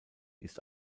ist